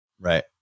Right